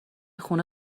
خونه